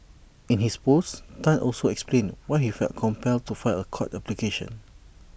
in his post Tan also explained why he felt compelled to file A court application